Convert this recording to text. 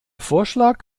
vorschlag